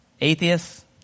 Atheists